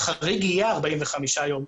החריג יהיה 45 ימים.